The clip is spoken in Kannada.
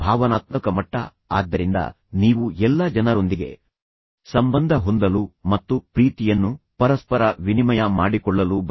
ಭಾವನಾತ್ಮಕ ಮಟ್ಟದಲ್ಲಿ ಆದ್ದರಿಂದ ನೀವು ಎಲ್ಲಾ ಜನರೊಂದಿಗೆ ಸಂಬಂಧ ಹೊಂದಲು ಬಯಸುತ್ತೀರಿ ಮತ್ತು ಜನರು ನಿಮ್ಮ ಪ್ರೀತಿಯನ್ನು ಸಹ ಪ್ರೀತಿಸಬೇಕು ಮತ್ತು ಪರಸ್ಪರ ವಿನಿಮಯ ಮಾಡಿಕೊಳ್ಳಬೇಕು